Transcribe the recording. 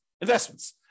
investments